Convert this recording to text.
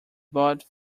bought